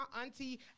auntie